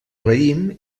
raïm